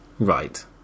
Right